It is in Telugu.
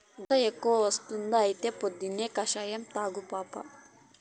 గస ఎక్కువ వస్తుందా అయితే పుదీనా కషాయం తాగు పాపా